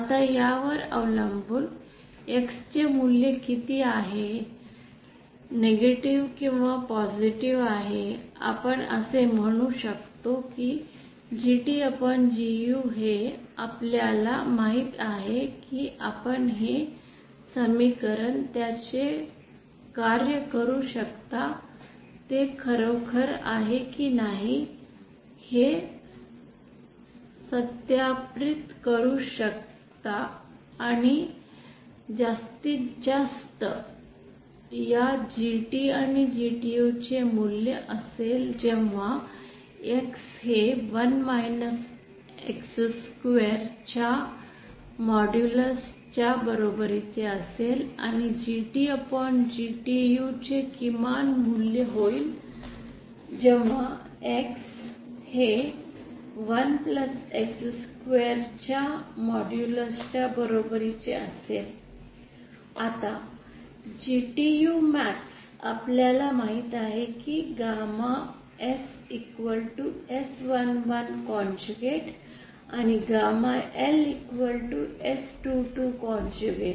आता यावर अवलंबून X चे मूल्य किती आहे नेगेटिव्ह किंवा पॉसिटीव्ह आहे आपण असे म्हणू शकतो की GTGU हे आपल्याला माहित आहे की आपण हे समीकरण त्याचे कार्य करू शकता ते खरोखर आहे की नाही हे सत्यापित करू शकता आणि जास्तीत जास्त जास्तीत जास्त या GT आणि GTU चे मूल्य असेल जेव्हा X हे 1 X स्क्वेअर च्या मॉड्यूलस च्या बरोबरीचे असेल आणि GTGTU चे किमान मूल्य होईल जेव्हा X हे 1X स्क्वेअर च्या मॉड्यूलस च्या बरोबरीचे असेल आता GTUmax आपल्याला माहित आहे की गॅमा S S11 आणि गॅमा L S22 आहे